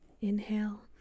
inhale